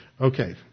Okay